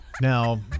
Now